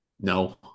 No